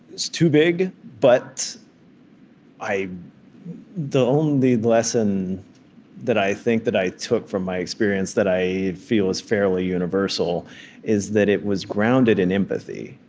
it's too big, but i the only lesson that i think that i took from my experience that i feel is fairly universal is that it was grounded in empathy